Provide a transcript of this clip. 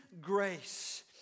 grace